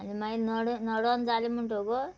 आनी मागीर नड नडोन जालें म्हणटगो